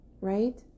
right